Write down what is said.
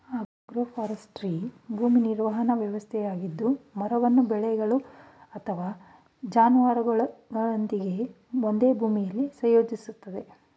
agroforestry ಭೂ ನಿರ್ವಹಣಾ ವ್ಯವಸ್ಥೆಯಾಗಿದ್ದು ಮರವನ್ನು ಬೆಳೆಗಳು ಅಥವಾ ಜಾನುವಾರುಗಳೊಂದಿಗೆ ಒಂದೇ ಭೂಮಿಲಿ ಸಂಯೋಜಿಸ್ತದೆ